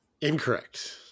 Incorrect